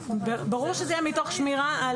ברור שזה יהיה מתוך שמירה.